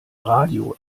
radio